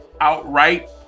outright